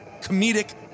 comedic